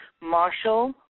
Marshall